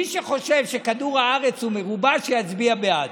מי שחושב שכדור הארץ הוא מרובע, שיצביע בעד.